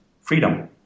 freedom